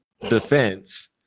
Defense